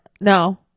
No